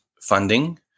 funding